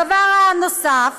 הדבר הנוסף